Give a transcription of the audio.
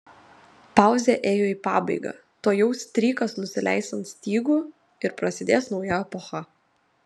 pauzė ėjo į pabaigą tuojau strykas nusileis ant stygų ir prasidės nauja epocha